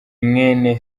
mwene